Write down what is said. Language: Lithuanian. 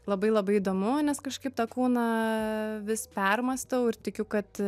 labai labai įdomu nes kažkaip tą kūną vis permąstau ir tikiu kad